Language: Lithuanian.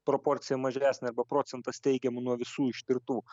proporcija mažesnė arba procentas teigiamų nuo visų ištirtų